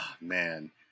man